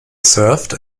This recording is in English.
served